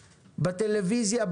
בטלוויזיה,